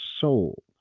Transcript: soul